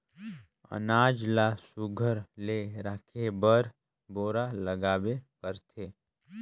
अनाज ल सुग्घर ले राखे बर बोरा लागबे करथे